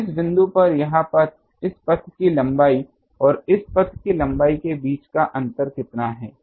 तो इस बिंदु पर यह पथ इस पथ की लंबाई और इस पथ की लंबाई के बीच का अंतर कितना है